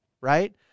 Right